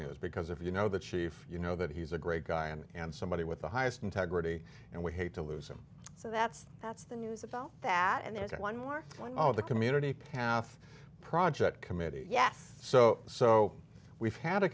news because if you know the chief you know that he's a great guy and somebody with the highest integrity and we hate to lose him so that's that's the news about that and there's one more when all the community path project committee yes so so we've had a